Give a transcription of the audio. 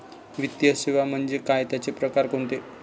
वित्तीय सेवा म्हणजे काय? त्यांचे प्रकार कोणते?